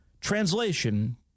Translation